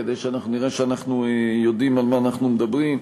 כדי שנראה שאנחנו יודעים על מה אנחנו מדברים.